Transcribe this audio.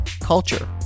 culture